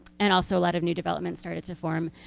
and also a lot of new development started to form.